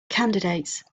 candidates